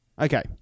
Okay